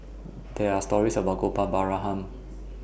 There Are stories about Gopal Baratham Han